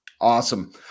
Awesome